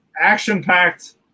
Action-packed